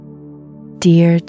Dear